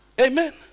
Amen